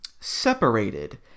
separated